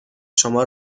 شما